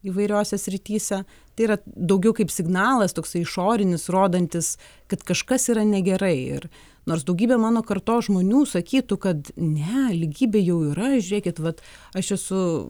įvairiose srityse tai yra daugiau kaip signalas toksai išorinis rodantis kad kažkas yra negerai ir nors daugybė mano kartos žmonių sakytų kad ne lygybė jau yra žiūrėkit vat aš esu